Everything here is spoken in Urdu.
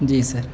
جی سر